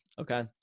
Okay